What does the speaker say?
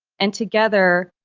and together